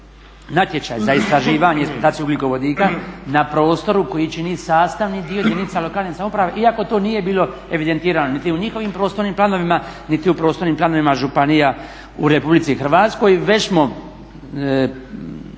natječaji za istraživanje i eksploataciju ugljikovodika na prostoru koji čini sastavni dio jedinica lokalne samouprave iako to nije bilo evidentirano niti u njihovim prostornim planovima niti u prostornim planovima županija u Republici Hrvatskoj. Već